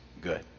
good